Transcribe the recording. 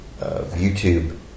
YouTube